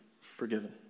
forgiven